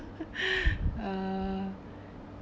uh